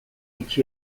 itxi